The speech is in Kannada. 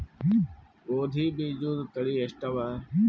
ಗೋಧಿ ಬೀಜುದ ತಳಿ ಎಷ್ಟವ?